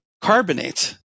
carbonate